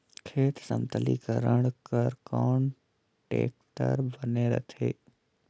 खेत समतलीकरण बर कौन टेक्टर बने रथे?